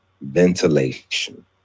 ventilation